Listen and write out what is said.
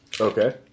Okay